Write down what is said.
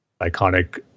iconic